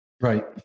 Right